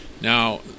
Now